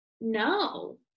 No